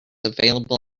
available